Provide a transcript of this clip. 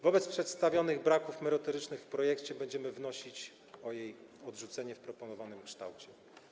Wobec przedstawionych braków merytorycznych w projekcie będziemy wnosić o odrzucenie go w proponowanym kształcie.